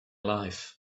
life